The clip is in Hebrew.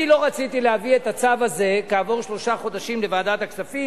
אני לא רציתי להביא את הצו הזה כעבור שלושה חודשים לוועדת הכספים.